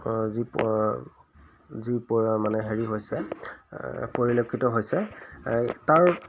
যি যি মানে হেৰি হৈছে পৰিলক্ষিত হৈছে তাৰ